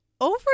over